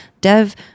Dev